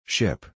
Ship